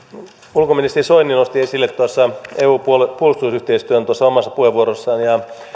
ulkoministeri soini nosti esille eun puolustusyhteistyön omassa puheenvuorossaan ja